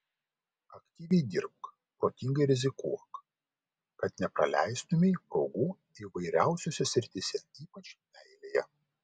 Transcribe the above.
aktyviai dirbk protingai rizikuok kad nepraleistumei progų įvairiausiose srityse ypač meilėje